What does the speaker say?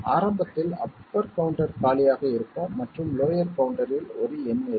ஆரம்பத்தில் upper counter காலியாக இருக்கும் மற்றும் லோயர் கவுண்டரில் ஒரு எண் இருக்கும்